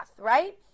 right